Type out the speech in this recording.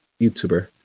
YouTuber